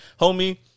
homie